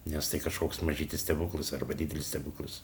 nes tai kažkoks mažytis stebuklas arba didelis stebuklas